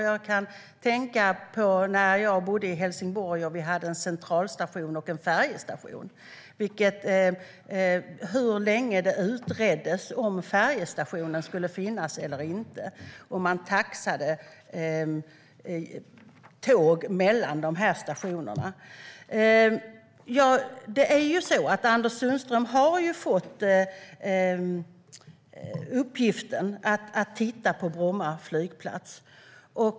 Jag tänker på när jag bodde i Helsingborg med en Centralstation och en Färjestation och den långa tiden det tog att utreda om färjestationen skulle finnas eller inte. Tågen taxades mellan de två stationerna. Anders Sundström har fått i uppgift att se över Bromma flygplats.